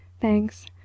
Thanks